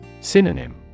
Synonym